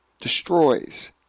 destroys